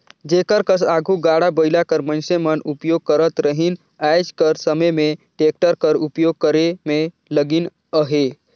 जेकर कस आघु गाड़ा बइला कर मइनसे मन उपियोग करत रहिन आएज कर समे में टेक्टर कर उपियोग करे में लगिन अहें